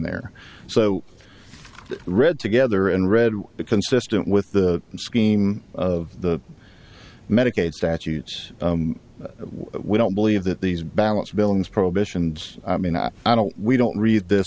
there so read together and read the consistent with the scheme of the medicaid statutes we don't believe that these balance billings prohibitions i mean i don't we don't read this